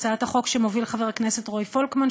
הצעת החוק שמוביל חבר הכנסת רועי פולקמן,